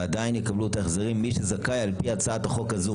ועדיין, מי שזכאי לפי הצעת החוק הזאת